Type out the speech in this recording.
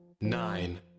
nine